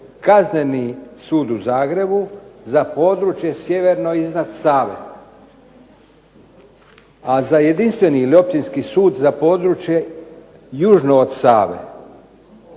Kazneni sud u Zagrebu, za područje sjeverno iznad Save. A za jedinstveni ili općinski sud za područje južno od Save,